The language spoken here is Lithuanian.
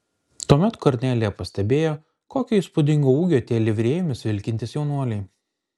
tuomet kornelija pastebėjo kokio įspūdingo ūgio tie livrėjomis vilkintys jaunuoliai